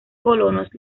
colonos